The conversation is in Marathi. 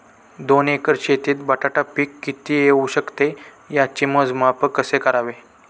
दोन एकर शेतीत बटाटा पीक किती येवू शकते? त्याचे मोजमाप कसे करावे?